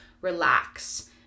relax